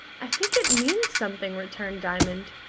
i think it means something, returned diamond.